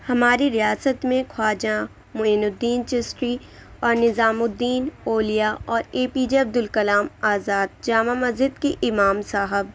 ہماری ریاست میں خواجہ معین الدین چشتی اور نظام الدین اولیا اور A P J Abdul Kalam Azad Jama Masjid کی امام صاحب